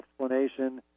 explanation